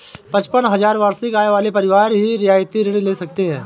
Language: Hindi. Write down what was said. पचपन हजार वार्षिक आय वाले परिवार ही रियायती ऋण ले सकते हैं